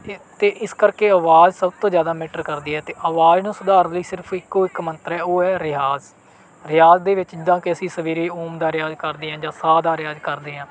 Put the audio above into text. ਅਤੇ ਇਸ ਕਰਕੇ ਆਵਾਜ਼ ਸਭ ਤੋਂ ਜ਼ਿਆਦਾ ਮੈਟਰ ਕਰਦੀ ਹੈ ਅਤੇ ਆਵਾਜ਼ ਨੂੰ ਸੁਧਾਰ ਲਈ ਸਿਰਫ ਇੱਕੋ ਇੱਕ ਮੰਤਰ ਹੈ ਉਹ ਹੈ ਰਿਆਜ਼ ਰਿਆਜ਼ ਦੇ ਵਿੱਚ ਜਿੱਦਾਂ ਕਿ ਅਸੀਂ ਸਵੇਰੇ ਓਮ ਦਾ ਰਿਆਜ਼ ਕਰਦੇ ਹਾਂ ਜਾਂ ਸਾਹ ਦਾ ਰਿਆਜ਼ ਕਰਦੇ ਹਾਂ